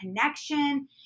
connection